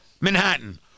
Manhattan